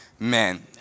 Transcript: Amen